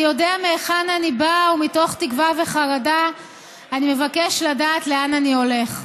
אני יודע מהיכן אני בא ומתוך תקווה וחרדה אני מבקש לדעת לאן אני הולך.